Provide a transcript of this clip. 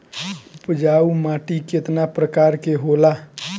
उपजाऊ माटी केतना प्रकार के होला?